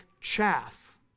chaff